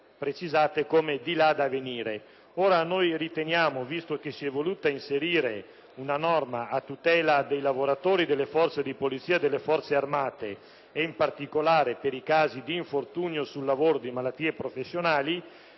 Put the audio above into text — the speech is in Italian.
precisate come al di là da venire. Visto che si è voluta inserire una norma a tutela dei lavoratori delle forze di polizia e delle Forze armate, e in particolare per i casi di infortunio sul lavoro e di malattie professionali,